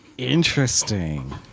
Interesting